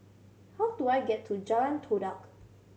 how do I get to Jalan Todak